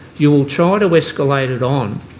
you will try to escalate it on,